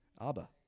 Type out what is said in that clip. Abba